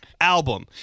album